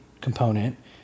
component